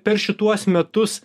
per šituos metus